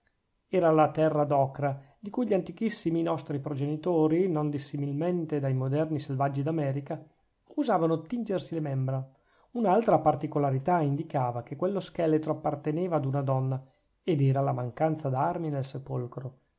era la terra d'ocra di cui gli antichissimi nostri progenitori non dissimilmente dai moderni selvaggi d'america usavano tingersi le membra un'altra particolarità indicava che quello scheletro apparteneva ad una donna ed era la mancanza d'armi nel sepolcro